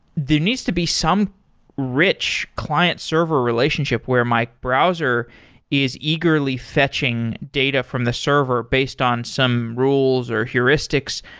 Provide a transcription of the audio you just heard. there needs to be some rich client-server relationship where my browser is eagerly fetching data from the server based on some rules, or heuristics.